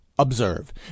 observe